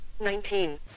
nineteen